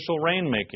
rainmaking